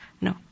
No